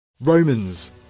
romans